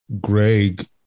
Greg